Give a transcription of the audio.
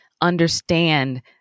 understand